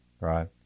Right